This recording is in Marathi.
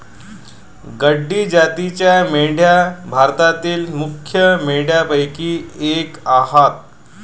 गड्डी जातीच्या मेंढ्या भारतातील मुख्य मेंढ्यांपैकी एक आह